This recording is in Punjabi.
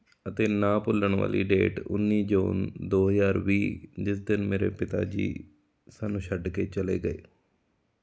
ਅਤੇ ਨਾ ਭੁੱਲਣ ਵਾਲੀ ਡੇਟ ਉੱਨੀ ਜੂਨ ਦੋ ਹਜ਼ਾਰ ਵੀਹ ਜਿਸ ਦਿਨ ਮੇਰੇ ਪਿਤਾ ਜੀ ਸਾਨੂੰ ਛੱਡ ਕੇ ਚਲੇ ਗਏ